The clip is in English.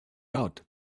out